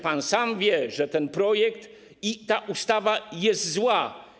Pan sam wie, że ten projekt, ta ustawa jest zła.